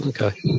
Okay